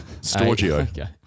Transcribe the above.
Storgio